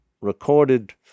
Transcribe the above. recorded